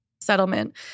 settlement